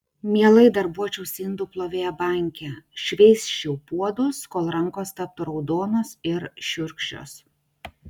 mielai darbuočiausi indų plovėja banke šveisčiau puodus kol rankos taptų raudonos ir šiurkščios